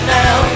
now